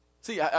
See